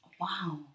Wow